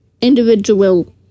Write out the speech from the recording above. individual